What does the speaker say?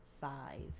five